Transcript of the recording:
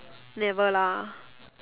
never lah